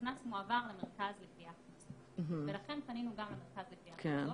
הקנס מועבר למרכז לגביית קנסות ולכן פנינו גם למרכז לגביית קנסות